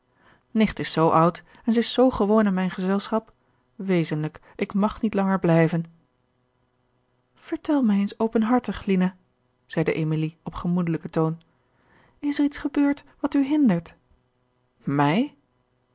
nicht is zoo oud en zij is zoo gewoon aan mijn gezelschap wezenlijk ik mag niet langer blijven vertel mij eens openhartig lina zeide emilie op gemoedelijken toon is er iets gebeurd wat u hindert